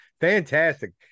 Fantastic